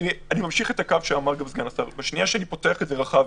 אני ממשיך את הקו של סגן השר בשנייה שאני פותח את זה רחב